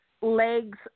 legs